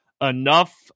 enough